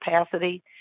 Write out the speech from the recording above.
capacity